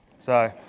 so,